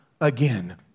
again